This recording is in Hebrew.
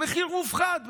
במחיר מופחת,